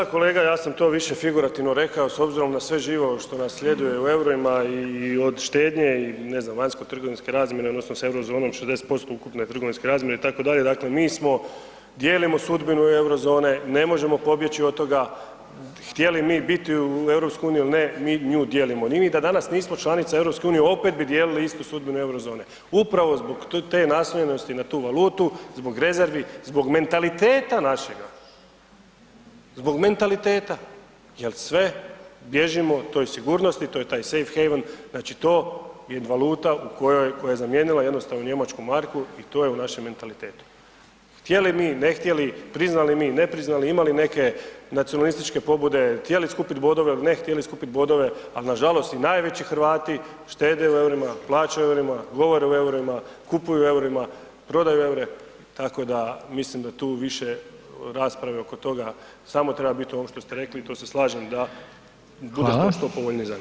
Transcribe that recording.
Da kolega ja sam to više figurativno rekao s obzirom na sve živo što nas sljeduje u EUR-ima i od štednje i ne znam, vanjsko trgovinske razmjene odnosno s Eurozonom 60% ukupne trgovinske razmjene itd., dakle mi smo, dijelimo sudbinu Eurozone, ne možemo pobjeći od toga htjeli mi biti u EU ili ne, mi nju dijelimo, ni mi da danas nismo članica EU opet bi dijelili istu sudbinu Eurozone upravo zbog te naslonjenosti na tu valutu, zbog rezervi, zbog mentaliteta našega, zbog mentaliteta jel sve bježimo toj sigurnosti, to je taj safe haven, znači to je valuta u kojoj, koja je zamijenila jednostavno njemačku marku i to je u našem mentalitetu, htjeli mi, ne htjeli, priznali mi, ne priznali, imali neke nacionalističke pobude, htjeli skupit bodove ili ne htjeli skupit bodove, al nažalost i najveći Hrvati štede u EUR-ima, plaćaju u EUR-ima, govore o EUR-ima, kupuju u EUR-ima, prodaju EUR-e, tako da mislim da tu više rasprave oko toga samo treba bit ovo što ste rekli i tu se slažem da [[Upadica: Hvala]] bude to što povoljnije za nas.